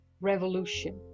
revolution